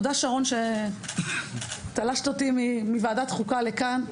תודה שרון שתלשת אותי מוועדת חוקה לכאן.